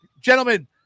Gentlemen